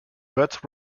but